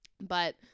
But-